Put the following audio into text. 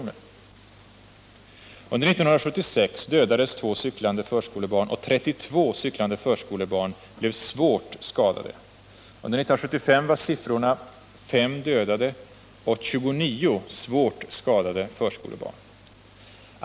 Under 1976 dödades två cyklande förskolebarn och 32 cyklande förskolebarn blev svårt skadade. Under 1975 var siffrorna fem dödade och 29 svårt skadade förskolebarn.